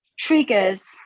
triggers